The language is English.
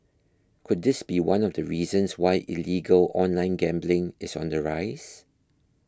could this be one of the reasons why illegal online gambling is on the rise